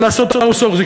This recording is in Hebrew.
של לעשותoutsourcing .